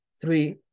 three